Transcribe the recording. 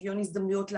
שוויון הזדמנויות כלכלי,